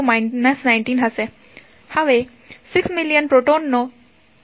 હવે 6 મિલિયન પ્રોટોનનો 1